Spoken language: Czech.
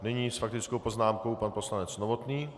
Nyní s faktickou poznámkou pan poslanec Novotný.